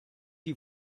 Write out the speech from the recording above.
die